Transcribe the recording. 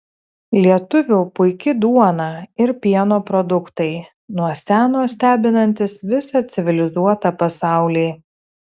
lietuvių puiki duona ir pieno produktai nuo seno stebinantys visą civilizuotą pasaulį